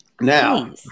Now